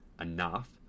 enough